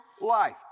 life